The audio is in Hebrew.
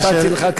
נתתי לך,